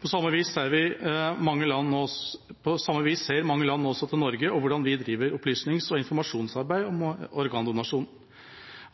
På samme vis ser mange land nå også til Norge og hvordan vi driver opplysnings- og informasjonsarbeid om organdonasjon.